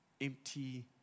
empty